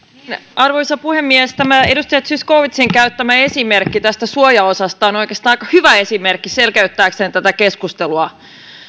arvoisa puhemies tämä edustaja zyskowiczin käyttämä esimerkki suojaosasta on oikeastaan aika hyvä esimerkki selkeyttääkseen tätä keskustelua